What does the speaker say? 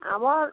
ଆମର୍